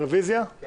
על